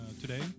today